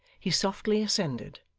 he softly ascended,